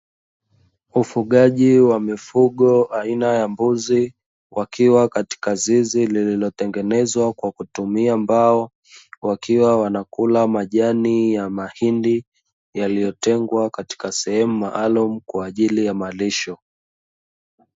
Ufugaji wa mifugo aina ya mbuzi, wakiwa katika zizi lilotengenezwa kwa kutumia mbao wakiwa wanakula majani ya mahindi yaliyo tengwa katika sehemu maalumu kwajili ya malisho.